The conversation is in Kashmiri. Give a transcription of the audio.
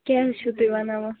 کیٛاہ حظ چھُو تُہۍ وَنان وۄنۍ